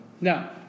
Now